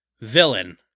Villain